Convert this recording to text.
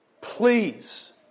Please